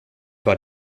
war